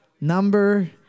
number